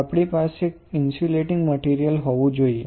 આપણી પાસે insulating material હોવુ જોઈએ